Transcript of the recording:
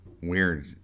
Weird